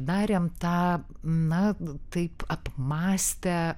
darėm tą na taip apmąstę